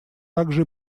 также